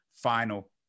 final